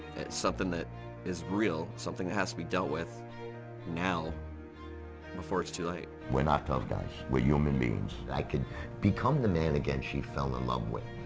something is is real, something that has to be dealt with now before its too late. we're not tough guys, we're human beings. i could become the man again she fell in love with.